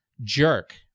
jerk